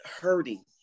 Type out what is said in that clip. hurting